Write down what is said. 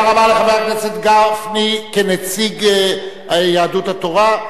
תודה רבה לחבר הכנסת גפני כנציג יהדות התורה.